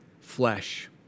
flesh